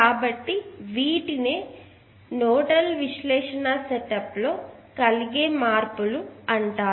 కాబట్టి వీటినే నోడల్ విశ్లేషణ సెటప్లో కలిగే మార్పులు అంటారు